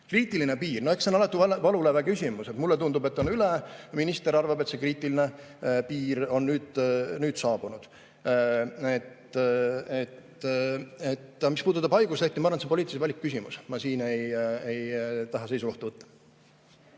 Kriitiline piir, no eks see on alati valuläve küsimus. Mulle tundub, et on üle, minister arvab, et kriitiline piir on nüüd saabunud. Mis puudutab haiguslehti, siis ma arvan, et see on poliitilise valiku küsimus, ma siin ei taha seisukohta võtta.